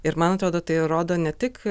ir man atrodo tai rodo ne tik